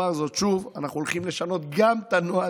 אומר זאת שוב: אנחנו הולכים לשנות גם את הנוהל,